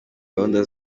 gahunda